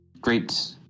great